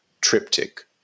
triptych